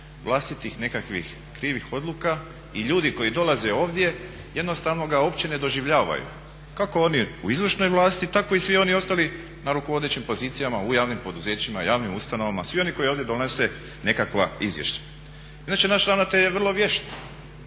vlastitih nekakvih krivih odluka i ljudi koji dolaze ovdje jednostavno ga uopće ne doživljavaju kako oni u izvršnoj vlasti tako i svi oni ostali na rukovodećim pozicijama u javnim poduzećima, javnim ustanovama, svi oni koji ovdje donose nekakva izvješća. Inače, naš ravnatelj je vrlo vješt